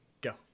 go